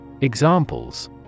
Examples